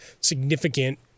significant